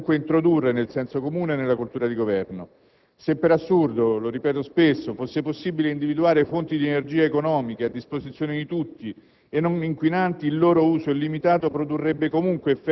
l'affermarsi di una cultura del limite che è necessario comunque introdurre nel senso comune e nella cultura di governo. Se per assurdo - lo ripeto spesso - fosse possibile individuare fonti di energia economiche, a disposizione di tutti